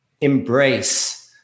embrace